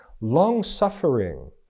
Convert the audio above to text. long-suffering